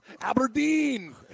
Aberdeen